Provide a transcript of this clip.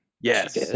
Yes